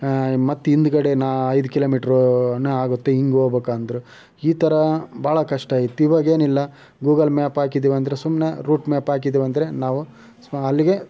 ಮತ್ತೆ ಹಿಂದ್ಗಡೆನೇ ಐದು ಕಿಲೋ ಮೀಟ್ರು ಏನೋ ಆಗುತ್ತೆ ಹಿಂಗೆ ಹೋಗ್ಬೇಕಂದ್ರು ಈ ಥರ ಭಾಳ ಕಷ್ಟ ಇತ್ತು ಇವಾಗೇನಿಲ್ಲ ಗೂಗಲ್ ಮ್ಯಾಪ್ ಹಾಕಿದೇವೆಂದ್ರೆ ಸುಮ್ಮನೆ ರೂಟ್ ಮ್ಯಾಪ್ ಹಾಕಿದೇವೆಂದ್ರೆ ನಾವು ಸ್ವ ಅಲ್ಲಿಗೆ